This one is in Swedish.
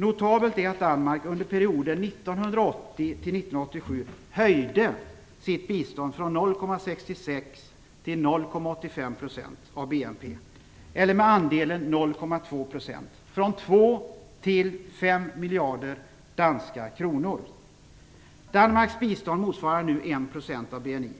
Notabelt är att Danmarks bistånd motsvarar nu 1 % av BNI.